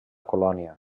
colònia